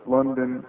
London